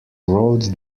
wrote